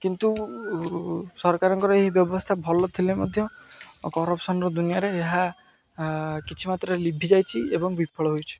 କିନ୍ତୁ ସରକାରଙ୍କର ଏହି ବ୍ୟବସ୍ଥା ଭଲ ଥିଲେ ମଧ୍ୟ କର୍ପସନ୍ ଦୁନିଆରେ ଏହା କିଛି ମାତ୍ରାରେ ଲିଭିଯାଇଛି ଏବଂ ବିଫଳ ହୋଇଛିି